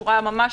בשורה התחתונה,